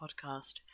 podcast